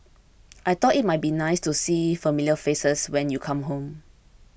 I thought it might be nice to see familiar faces when you come home